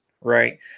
right